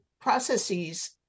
processes